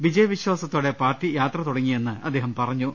വിജയവിശ്ചാസത്തോടെ party യാത്ര തുട ങ്ങിയെന്ന് അദ്ദേഹം പറഞ്ഞു